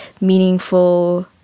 meaningful